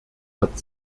hat